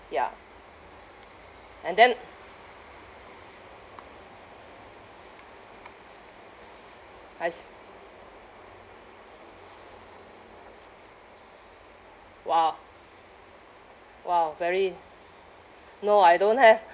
ya and then I s~ !wah! !wow! very no I don't have